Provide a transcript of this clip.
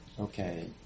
okay